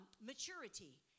maturity